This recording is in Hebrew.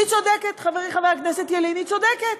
היא צודקת, חברי חבר הכנסת ילין, היא צודקת.